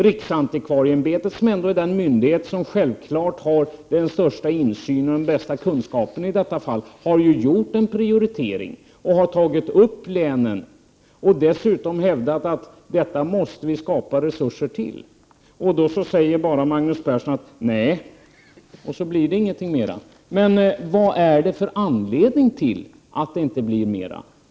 Riksantikvarieämbetet, som är den myndighet som självfallet har den bästa insynen och kunskapen i det här fallet, har ju gjort en prioritering och angett de aktuella länen. Riksantikvarieämbetet har dessutom hävdat att detta är något som vi måste skapa resurser till. Magnus Persson säger nej till detta, och sedan blir det inget mer. Vad är anledningen till att man inte gör mer?